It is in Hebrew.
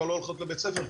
כבר לא הולכות לבית הספר,